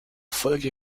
folge